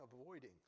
avoiding